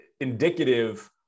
indicative